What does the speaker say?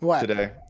today